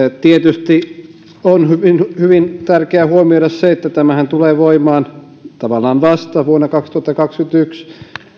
tietysti on hyvin hyvin tärkeää huomioida se että tämähän tulee voimaan tavallaan vasta vuonna kaksituhattakaksikymmentäyksi